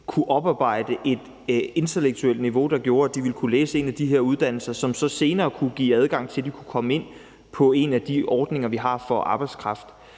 kunne oparbejde et intellektuelt niveau, der gjorde, at de ville kunne læse på en af de her uddannelser, som så senere kunne give adgang til, at de kunne komme ind på en af de ordninger, vi har, for arbejdskraft.